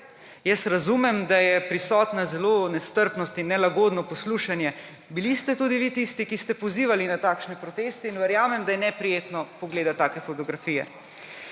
Razumem, da je prisotna zelo nestrpnost in nelagodno poslušanje. Bili ste tudi vi tisti, ki ste pozivali na takšne proteste, in verjamem, da je neprijetno pogledati take fotografije.